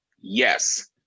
Yes